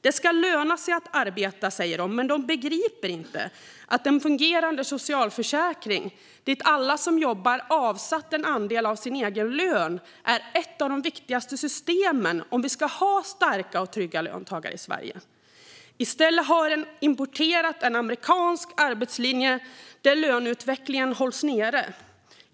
Det ska löna sig att arbeta, säger de, men de begriper inte att fungerande socialförsäkringar dit alla som jobbar avsatt en andel av sin egen lön är ett att de viktigaste systemen om vi ska ha starka och trygga löntagare i Sverige. I stället har de importerat en amerikansk arbetslinje där löneutvecklingen hålls nere.